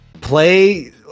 play